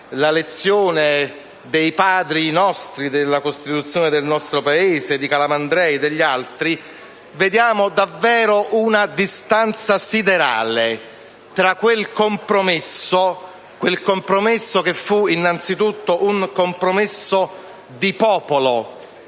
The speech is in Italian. la lezione dei Padri della Costituzione del nostro Paese, la lezione di Calamandrei e degli altri, vediamo davvero una distanza siderale tra quel compromesso, che fu innanzitutto un compromesso di popolo